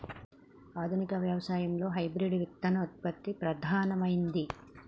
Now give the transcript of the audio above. ఆధునిక వ్యవసాయం లో హైబ్రిడ్ విత్తన ఉత్పత్తి ప్రధానమైంది